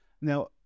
Now